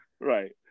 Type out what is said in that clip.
Right